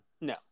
no